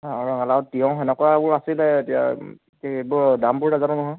আৰু ৰঙালাও তিয়ঁহ এনেকুৱাবোৰ আছিলে এতিয়া এইবোৰৰ দামবোৰ নাজানো নহয়